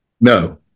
No